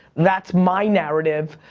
that's my narrative,